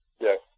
yes